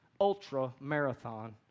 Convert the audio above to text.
ultra-marathon